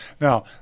Now